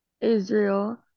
Israel